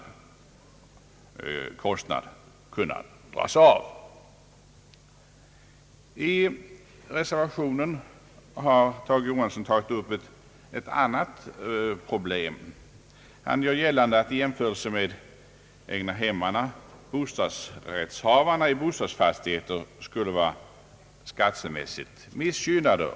Herr Tage Johansson har i reservationen tagit upp också ett annat problem. Han gör gällande att bostadsrättsinnehavarna i jämförelse med eg nahemsägarna skulle vara skattemässigt missgynnade.